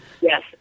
Yes